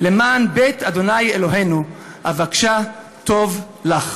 למען בית ה' אלוהינו אבקשה טוב לך".